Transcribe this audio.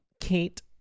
Kate